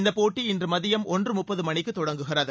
இந்தப்போட்டி இன்று மதியம் ஒன்று முப்பது மணிக்கு தொடங்குகிறது